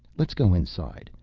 let's go inside.